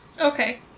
Okay